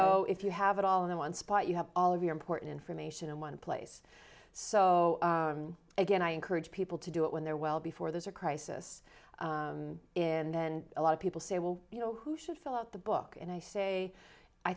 so if you have it all in one spot you have all of your important information in one place so again i encourage people to do it when they're well before there's a crisis in a lot of people say well you know who should fill out the book and i say i